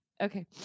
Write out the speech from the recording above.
Okay